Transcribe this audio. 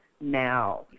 now